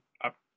up